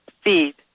feed